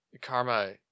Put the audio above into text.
karma